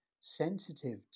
sensitive